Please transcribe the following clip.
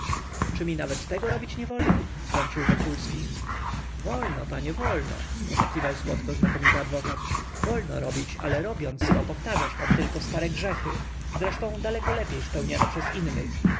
mi nawet tego robić nie wolno wtrącił wokulski wolno panie wolno potakiwał słodko znakomity adwokat wolno robić ale robiąc to powtarzasz pan tylko stare grzechy zresztą daleko lepiej spełniane przez innych